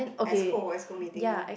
ice cold ice cold meeting lah